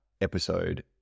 episode